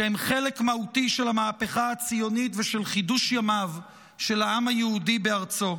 שהם חלק מהותי של המהפכה הציונית ושל חידוש ימיו של העם היהודי בארצו: